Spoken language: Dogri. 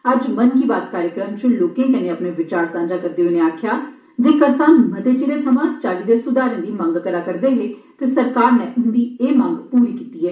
अज्ज 'मन की बात' कार्यक्रम च लोकें कन्नें अपने बचार सांझा करदे होई उनें आक्खेआ जे करसान मते चिरै थमां इस चाल्ली दे सुधारें दी मंग करा'रदे हे ते सरकार नै उंदी ए मंग पूरी कीती ऐ